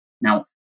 Now